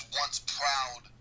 once-proud